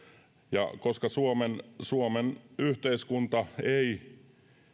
ja koska suomen suomen yhteiskunta ei